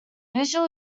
facial